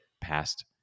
past